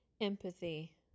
Empathy